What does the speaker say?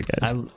guys